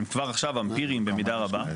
הם כבר עכשיו אמפיריים במידה רבה,